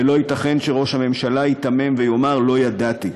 ולא ייתכן שראש הממשלה ייתמם ויאמר: לא ידעתי.